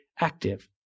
active